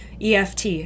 EFT